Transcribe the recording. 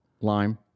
Lime